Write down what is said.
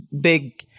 big